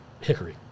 hickory